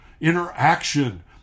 interaction